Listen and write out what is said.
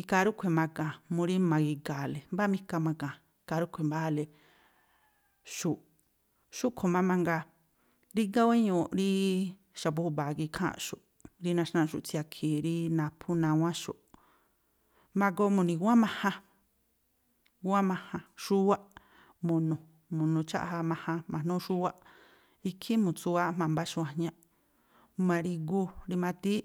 Ikhaa rúꞌkhui̱ ma̱ga̱a̱n mu rí ma̱giga̱a̱le, mbá mikha ma̱ga̱a̱n, ikhaa rúꞌkhui̱ mbayáa̱le xu̱u̱ꞌ. xúꞌkhui̱ má mangaa, rígá wéñuuꞌ rí xa̱bu̱ júba̱a gii̱ ikháa̱nꞌxu̱ꞌ, rí naxnáꞌxu̱ꞌ tsiakhi̱i̱ rí naphú, nawán xu̱ꞌ. Ma̱goo mu̱ni̱ gúwánꞌ majan, gúwánꞌ majan, xúwáꞌ, mu̱nu̱, mu̱nu̱ cháꞌja majan ma̱jnúú xúwáꞌ, ikhí mu̱tsuwááꞌ jma̱a mba̱ xuájñáꞌ, ma̱ri̱gu rimadíí